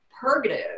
purgative